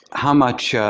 how much